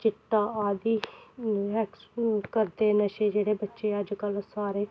चिट्टा आदि रैक्स करदे नशे जेह्ड़े बच्चे अजकल्ल सारे